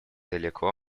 далеко